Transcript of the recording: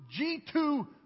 G2